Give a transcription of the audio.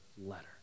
letter